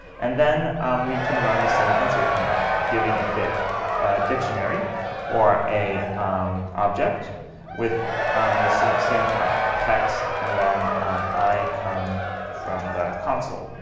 and then we can run the same insert command, giving ah a dictionary or a object with um the same format, text and then i come from the console.